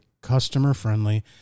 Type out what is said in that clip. customer-friendly